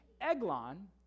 Eglon